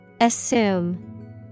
Assume